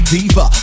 Diva